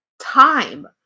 Time